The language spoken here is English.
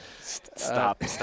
stop